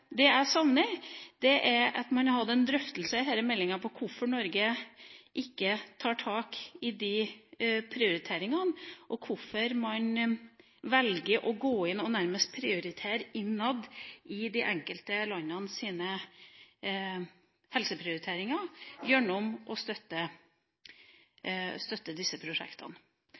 jeg savner, er en drøftelse i denne meldinga av hvorfor Norge ikke tar tak i de prioriteringene, og hvorfor man velger å gå inn og nærmest prioritere innad i de enkelte lands helseprioriteringer gjennom å støtte disse prosjektene.